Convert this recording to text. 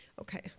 okay